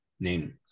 Name